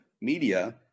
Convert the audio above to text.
media